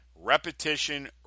Repetition